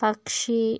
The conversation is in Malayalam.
പക്ഷി